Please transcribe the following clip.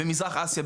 במזרח אסיה,